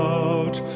out